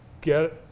get